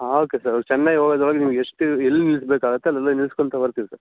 ಹಾಂ okay sir Chennai ಹೋಗದ್ರ್ ಒಳಗೆ ನಿಮ್ಗೆ ಎಷ್ಟು ಎಲ್ಲಿ ನಿಲ್ಲಿಸ್ಬೇಕಾಗತ್ತೆ ಅಲ್ಲೆಲ್ಲ ನಿಲ್ಸ್ಕೋತ ಬರ್ತಿವಿ ಸರ್